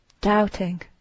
doubting